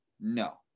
no